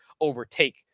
overtake